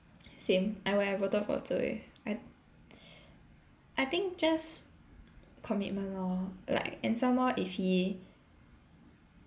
same I would have voted for Zi Wei I I think just commitment lor like and some more if he